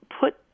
put